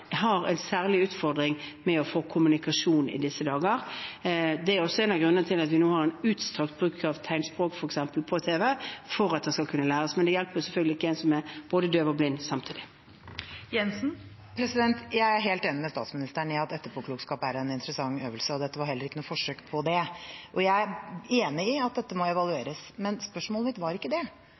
har en særlig utfordring med kommunikasjon i disse dagene. Det er også en av grunnene til at vi nå f.eks. har en utstrakt bruk av tegnspråk på tv. Men det hjelper selvfølgelig ikke en som er både døv og blind samtidig. Jeg er helt enig med statsministeren i at etterpåklokskap er en interessant øvelse, og dette var heller ikke noe forsøk på det. Jeg er enig i at dette må evalueres, men spørsmålet mitt var ikke det.